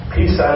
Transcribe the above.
Peace